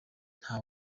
nta